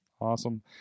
Awesome